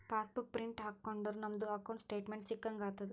pass book print ಹಾಕೊಂಡುರ್ ನಮ್ದು ಅಕೌಂಟ್ದು ಸ್ಟೇಟ್ಮೆಂಟ್ ಸಿಕ್ಕಂಗ್ ಆತುದ್